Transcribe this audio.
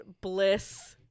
bliss